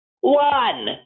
one